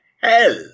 hell